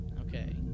Okay